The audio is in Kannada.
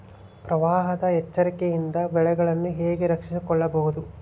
ಪ್ರವಾಹಗಳ ಎಚ್ಚರಿಕೆಯಿಂದ ಬೆಳೆಗಳನ್ನು ಹೇಗೆ ರಕ್ಷಿಸಿಕೊಳ್ಳಬಹುದು?